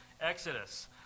Exodus